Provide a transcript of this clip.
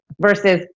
versus